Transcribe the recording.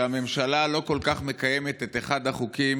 שהממשלה לא כל כך מקיימת את אחד החוקים